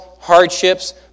hardships